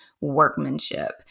workmanship